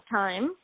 time